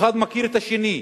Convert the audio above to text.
אחד מכיר את השני.